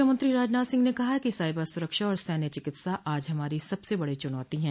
रक्षा मंत्री राजनाथ सिंह ने कहा है कि साइबर सुरक्षा और सैन्य चिकित्सा आज हमारी सबसे बड़ी चुनौती है